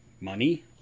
money